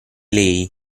lei